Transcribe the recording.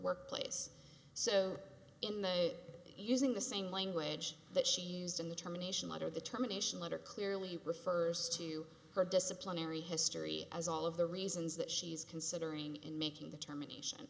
workplace so in the using the same language that she used in the termination letter the terminations letter clearly refers to her disciplinary history as all of the reasons that she is considering in making the termination